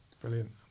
Brilliant